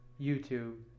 YouTube